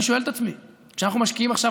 אני שואל את עצמי: כשאנחנו משקיעים עכשיו